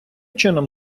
чином